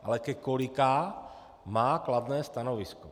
Ale ke kolika má kladné stanovisko.